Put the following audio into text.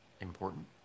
important